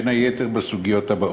בין היתר בסוגיות הבאות: